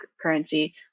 currency